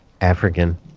African